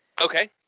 Okay